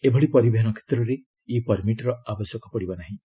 ଏଭଳି ପରିବହନ କ୍ଷେତ୍ରରେ ଇ ପର୍ମିଟ୍ର ଆବଶ୍ୟକ ପଡିବ ନାହିଁ